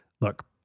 Look